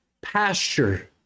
pasture